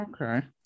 Okay